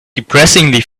depressingly